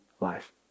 life